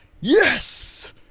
Yes